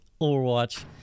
Overwatch